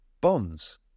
bonds